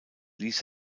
ließ